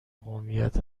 قومیت